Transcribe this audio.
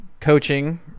coaching